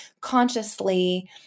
consciously